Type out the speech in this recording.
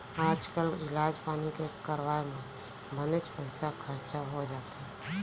आजकाल इलाज पानी के करवाय म बनेच पइसा खरचा हो जाथे